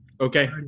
Okay